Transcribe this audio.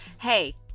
Hey